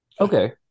Okay